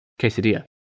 quesadilla